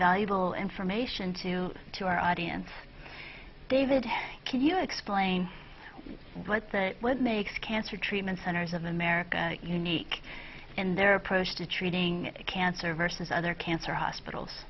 valuable information to to our audience david can you explain what the what makes cancer treatment centers of america unique in their approach to treating cancer versus other cancer hospitals